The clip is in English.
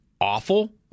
awful